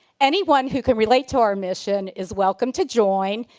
anyone who can relate to our mission is welcome to join.